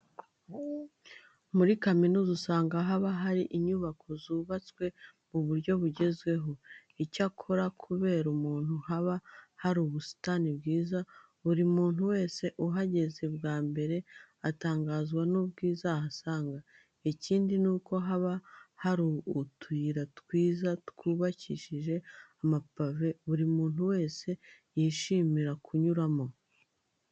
Muri kaminuza usanga haba hari inyubako zubatswe mu buryo bugezweho. Icyakora, kubera ukuntu haba hari ubusitani bwiza, buri muntu wese uhageze bwa mbere atangazwa n'ubwiza ahasanga. Ikindi nuko haba hari utuyira twiza twubakishije amapave buri muntu wese yishimira kunyuramo.